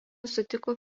sutiko